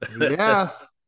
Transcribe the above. Yes